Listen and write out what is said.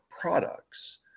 products